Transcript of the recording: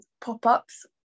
pop-ups